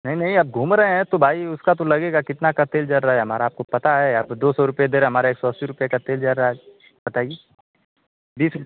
नहीं नहीं आप घूम रहे हैं तो भाई उसका तो लगेगा कितना का तेल जल रहा है हमारा आपको पता है आप दो सौ रुपये दे रहे हमारा एक सौ अस्सी रुपये का तेल जल रहा है बताइए बीस